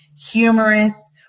humorous